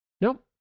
nope